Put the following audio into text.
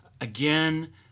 Again